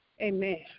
Amen